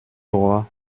droit